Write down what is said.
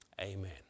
Amen